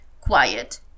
quiet